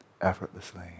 effortlessly